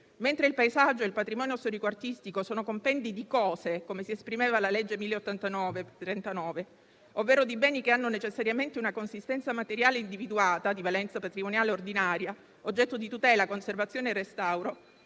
Mentre il paesaggio e il patrimonio storico e artistico sono compendi di cose (come si esprimeva la legge 1° giugno 1939, n. 1089), ovvero di beni che hanno necessariamente una consistenza materiale individuata di valenza patrimoniale ordinaria, oggetto di tutela, conservazione e restauro